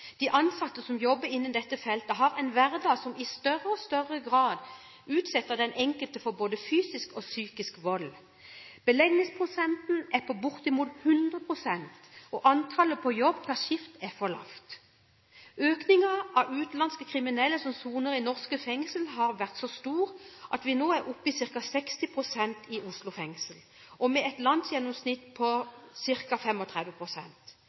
De ansatte som jobber innen dette feltet, har en hverdag som i større og større grad utsetter den enkelte for både fysisk og psykisk vold. Beleggsprosenten er på bortimot 100, og antallet på jobb per skift er for lavt. Økningen av utenlandske kriminelle som soner i norske fengsler, har vært så stor at vi nå er oppe i ca. 60 pst. i Oslo fengsel, og det er et landsgjennomsnitt på